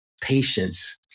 patience